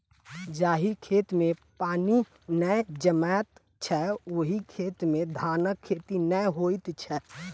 जाहि खेत मे पानि नै जमैत छै, ओहि खेत मे धानक खेती नै होइत छै